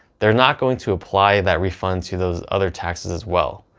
they're not going to apply that refund to those other taxes as well,